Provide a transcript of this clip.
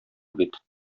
бит